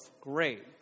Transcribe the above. great